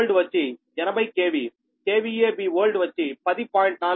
Bold వచ్చి 80KVBold వచ్చి 10